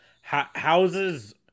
Houses